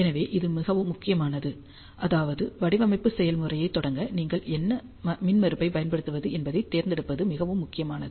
எனவே இது மிகவும் முக்கியமானது அதாவது வடிவமைப்பு செயல்முறையைத் தொடங்க நீங்கள் என்ன மின்மறுப்பைப் பயன்படுத்துவது என்பதைத் தேர்ந்தெடுப்பது மிகவும் முக்கியமானது